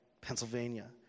Pennsylvania